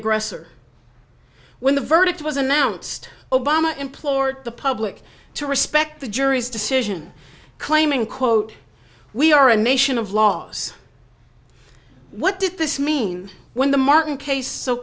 aggressor when the verdict was announced obama implored the public to respect the jury's decision claiming quote we are a nation of laws what did this mean when the martin case so